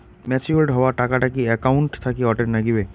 Matured হওয়া টাকাটা কি একাউন্ট থাকি অটের নাগিবে?